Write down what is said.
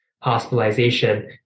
hospitalization